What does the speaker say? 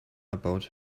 about